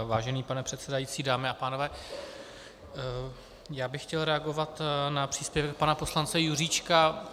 Vážený pane předsedající, dámy a pánové, já bych chtěl reagovat na příspěvek pana poslance Juříčka.